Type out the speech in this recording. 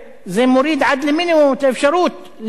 זה מוריד עד למינימום את האפשרות לענות,